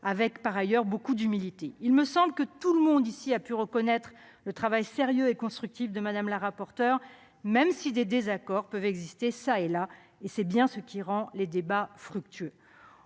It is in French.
par ailleurs à une grande humilité. Il me semble que tout le monde ici reconnaît le travail sérieux et constructif de Mme la rapporteure, même si des désaccords peuvent exister çà et là- c'est bien ce qui rend les débats fructueux.